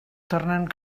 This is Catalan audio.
tornen